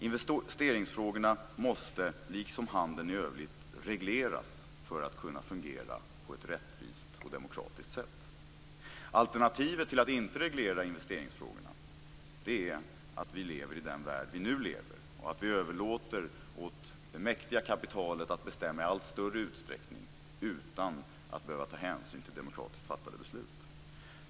Investeringsfrågorna måste liksom handeln i övrigt regleras för att kunna fungera på ett rättvist och demokratiskt sätt. Alternativet till att inte reglera investeringsfrågorna är att vi lever i den värld som vi nu lever i och att vi överlåter åt det mäktiga kapitalet att bestämma i allt större utsträckning utan att behöva ta hänsyn till demokratiskt fattade beslut.